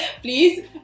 please